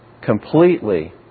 completely